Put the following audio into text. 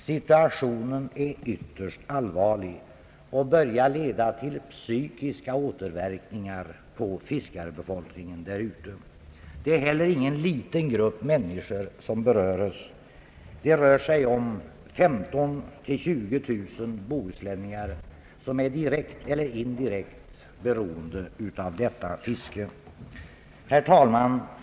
Situationen är ytterst allvarlig och börjar leda till psykiska återverkningar på fiskarbefolkningen där ute. Det är heller ingen liten grupp människor som berörs. Det rör sig om 15 000—20 000 bohuslänningar som är direkt eller indirekt beroende av fisket. Herr talman!